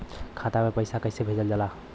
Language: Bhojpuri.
खाता में पैसा कैसे भेजल जाला?